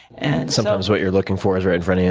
and sometimes what you're looking for is right in front yeah